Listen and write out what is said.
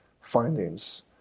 findings